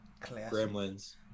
Gremlins